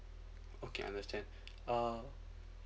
okay understand uh